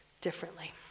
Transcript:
differently